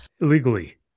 illegally